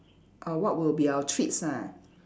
uh what would we our treats ah